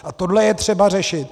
A tohle je třeba řešit.